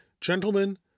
Gentlemen